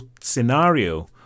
scenario